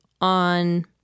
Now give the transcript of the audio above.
on